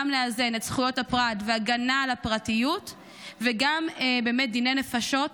גם לאזן את זכויות הפרט וההגנה על הפרטיות וגם דיני נפשות,